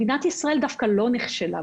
מדינת ישראל דווקא לא נכשלה.